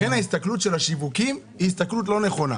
לכן, ההסתכלות על השיווקים היא הסתכלות לא נכונה.